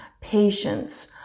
patience